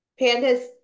pandas